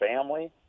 family